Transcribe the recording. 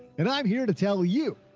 and i'm here to tell you.